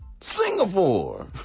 Singapore